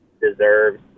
deserves